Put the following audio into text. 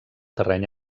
terreny